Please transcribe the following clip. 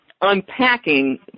unpacking